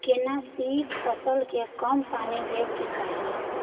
केना सी फसल के कम पानी दैय के चाही?